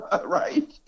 right